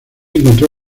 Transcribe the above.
encontró